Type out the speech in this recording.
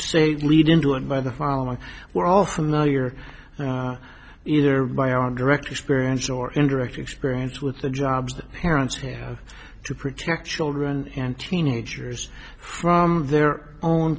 read into it by the following we're all familiar either by our direct experience or indirect experience with the jobs that parents have to protect children and teenagers from their own